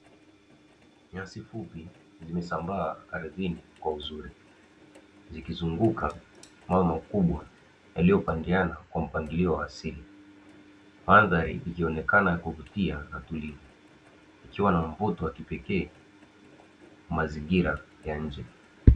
Nyasi fupi zimesambaa ardhini kwa uzuri zikizunguka mawe makubwa yaliyopandiana kwa mpangilio wa asili madhari ikionekana ya kuvutia na tulivu, yakiwa na mvuto wa kipekee wa mazingira ya nje.